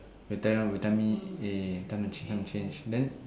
would tell will tell me eh time to change time to change then